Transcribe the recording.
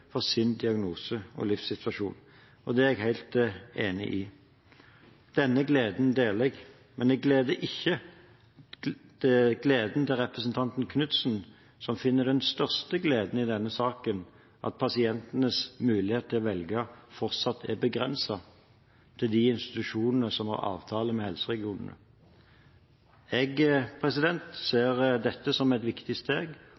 for sin diagnose og livssituasjon.» Det er jeg helt enig i. Denne gleden deler jeg, men jeg deler ikke gleden til representanten Knutsen, som finner den største gleden i denne saken i at pasientenes mulighet til å velge fortsatt er begrenset til de institusjonene som har avtale med helseregionene. Jeg ser dette som et viktig steg